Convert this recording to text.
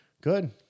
Good